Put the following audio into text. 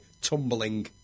tumbling